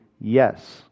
yes